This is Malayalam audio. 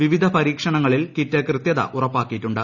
വിവിധ പരീക്ഷണങ്ങളിൽ കിറ്റ് കൃത്യത ഉറപ്പാക്കിയിട്ടുണ്ട്